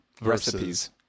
recipes